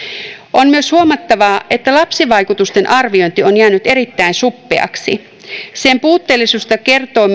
on myös huomattavaa että lapsivaikutusten arviointi on jäänyt erittäin suppeaksi sen puutteellisuudesta kertoo